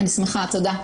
תודה.